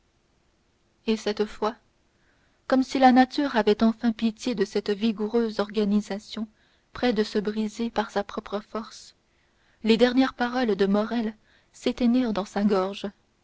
et cette fois comme si la nature avait enfin pitié de cette vigoureuse organisation prête à se briser par sa propre force les dernières paroles de morrel s'éteignirent dans sa gorge